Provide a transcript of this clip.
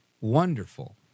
wonderful